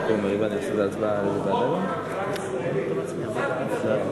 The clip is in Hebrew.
אי-אפשר להגיד ש"טבע" ו"אינטל" פוגעות בכלכלה הישראלית.